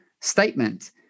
statement